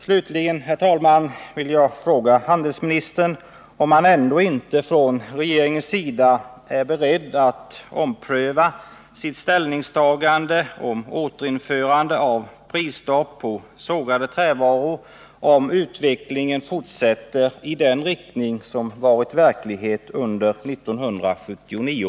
Slutligen vill jag, herr talman, fråga handelsministern om man från regeringens sida ändå inte är beredd att ompröva sitt ställningstagande beträffande återinförande av prisstopp på sågade trävaror, om utvecklingen fortsätter i den riktning som varit verklighet under 1979.